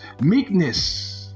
meekness